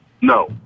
No